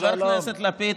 חבר הכנסת לפיד,